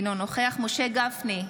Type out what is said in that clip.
אינו נוכח משה גפני,